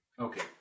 Okay